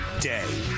day